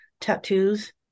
tattoos